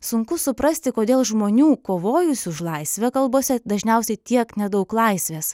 sunku suprasti kodėl žmonių kovojusių už laisvę kalbose dažniausiai tiek nedaug laisvės